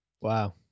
Wow